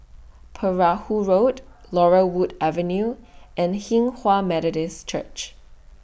Perahu Road Laurel Wood Avenue and Hinghwa Methodist Church